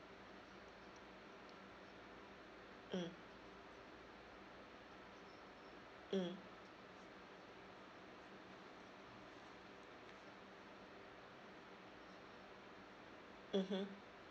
mm mm mmhmm